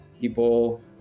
People